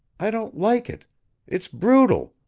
i don't like it it's brutal.